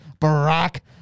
Barack